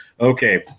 okay